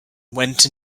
went